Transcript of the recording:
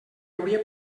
hauria